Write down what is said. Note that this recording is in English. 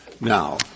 Now